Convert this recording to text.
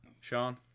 Sean